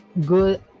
good